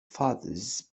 fathers